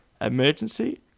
emergency